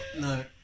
No